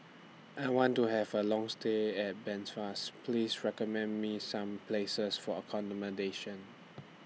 I want to Have A Long stay At Belfast Please recommend Me Some Places For accommodation